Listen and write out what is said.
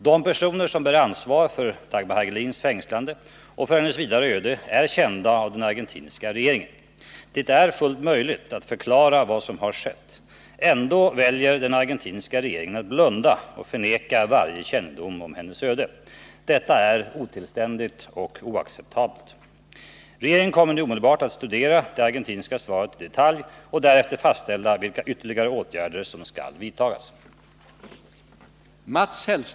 De personer som bär ansvaret för Dagmar Hagelins fängslande och för hennes vidare öde är kända för den argentinska regeringen. Det är fullt möjligt att förklara vad som har skett. Ändå väljer den argentinska regeringen att blunda och förneka varje kännedom om hennes öde. Detta är otillständigt och oacceptabelt. Regeringen kommer nu omedelbart att studera det argentinska svaret i detalj och därefter fastställa vilka ytterligare åtgärder som skall vidtas.